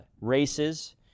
races